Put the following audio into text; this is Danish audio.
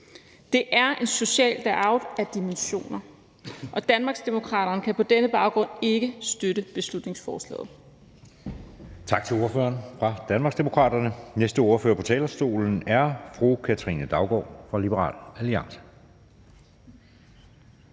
Det er en social deroute af dimensioner, og Danmarksdemokraterne kan på denne baggrund ikke støtte beslutningsforslaget